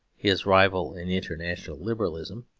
his rival in international liberalism,